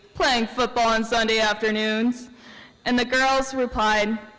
playing football on sunday afternoons and the girls replied,